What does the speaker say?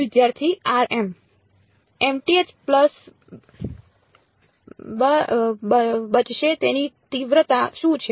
વિદ્યાર્થી mth pulse બચશે તેની તીવ્રતા શું છે